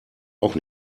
auch